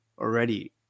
already